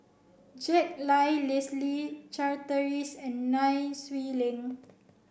Jack Lai Leslie Charteris and Nai Swee Leng